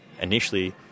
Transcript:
initially